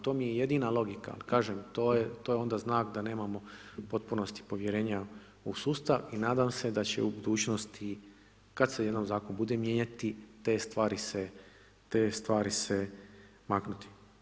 To mi je jedina logika, kažem to je onda znak da nemamo u potpunosti povjerenja u sustav i nadam se da će u budućnosti kad se jednom zakon bude mijenjati te stvari se, te stvari se maknuti.